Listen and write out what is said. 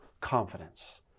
confidence